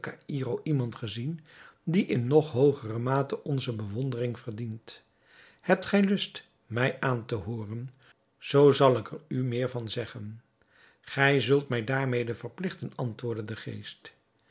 caïro iemand gezien die in nog hoogere mate onze bewondering verdient hebt gij lust mij aan te hooren zoo zal ik er u meer van zeggen gij zult mij daarmede verpligten antwoordde de geest